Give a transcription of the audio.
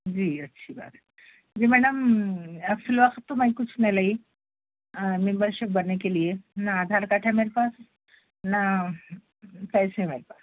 جی اچھی بات ہے جی میڈم فی الوقت تو میں کچھ نہیں لائی ممبر شپ بننے کے لئے نہ آدھار کاٹ ہے میرے پاس نہ پیسے ہے میرے پاس